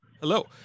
Hello